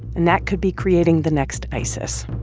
and that could be creating the next isis.